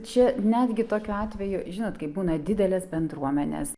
čia netgi tokiu atveju žinot kaip būna didelės bendruomenės